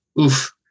Oof